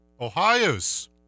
Ohio's